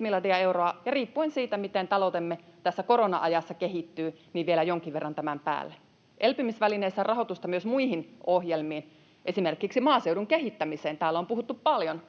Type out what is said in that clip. miljardia euroa ja riippuen siitä, miten taloutemme tässä korona-ajassa kehittyy, vielä jonkin verran tämän päälle. Elpymisvälineessä on rahoitusta myös muihin ohjelmiin, esimerkiksi maaseudun kehittämiseen. Täällä on puhuttu paljon